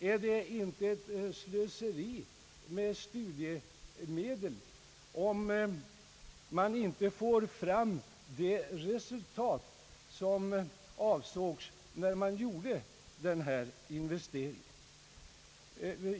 Är det inte ett slöseri med studiemedel, om man inte når de resultat som avsågs när man gjorde denna investering?